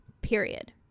period